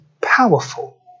powerful